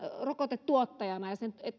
rokotetuottajana ja sen